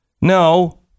No